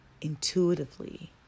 intuitively